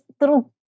little